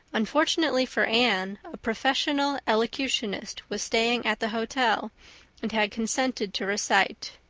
unfortunately for anne, a professional elocutionist was staying at the hotel and had consented to recite.